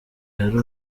hari